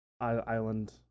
island